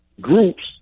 groups